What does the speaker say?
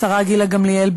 השרה גילה גמליאל.